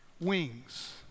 wings